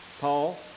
Paul